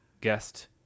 guest